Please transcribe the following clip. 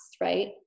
right